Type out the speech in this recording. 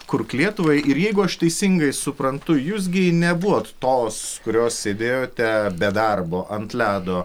kurk lietuvai ir jeigu aš teisingai suprantu jūs gi nebuvot tos kurios sėdėjote be darbo ant ledo